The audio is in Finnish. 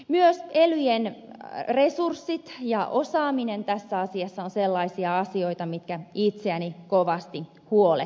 myös elyn resurssit ja osaaminen tässä asiassa ovat sellaisia asioita mitkä itseäni kovasti huolettavat